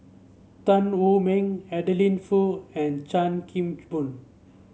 Tan Wu Meng Adeline Foo and Chan Kim Boon